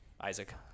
Isaac